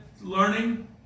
learning